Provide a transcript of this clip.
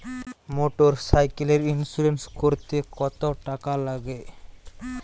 মোটরসাইকেলের ইন্সুরেন্স করতে কত টাকা লাগে?